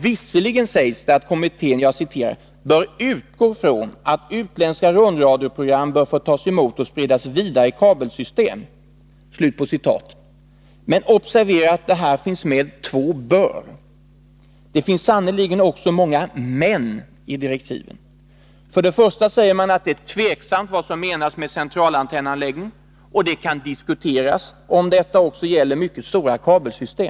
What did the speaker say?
Visserligen sägs det att kommittén ”bör utgå från att utländska rundradioprogram bör få tas emot och spridas vidare i kabelsystem”, men observera att det här finns med två ”bör”. Det finns sannerligen också många ”men” i direktiven. För det första säger man att det är tveksamt vad som menas med centralantennanläggning, och det kan diskuteras om detta också gäller mycket stora kabelsystem.